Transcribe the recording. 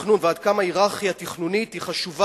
תכנון ועד כמה הייררכיה תכנונית היא חשובה,